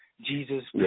Jesus